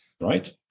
right